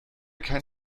kein